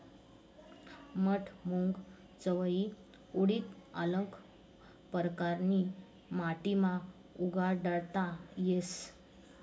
मठ, मूंग, चवयी, उडीद आल्लग परकारनी माटीमा उगाडता येस